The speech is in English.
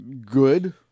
good